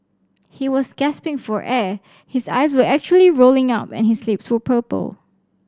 he was gasping for air his eyes were actually rolling up and his lips were purple